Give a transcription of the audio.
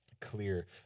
clear